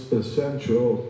essential